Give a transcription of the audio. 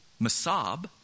Masab